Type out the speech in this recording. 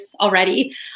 already